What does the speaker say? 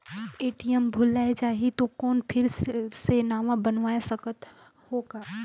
ATM भुलाये जाही तो कौन फिर से नवा बनवाय सकत हो का?